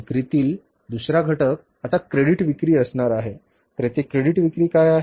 विक्रीतील दुसरा घटक आता क्रेडिट विक्री असणार आहे तर येथे क्रेडिट विक्री काय आहे